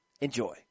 Enjoy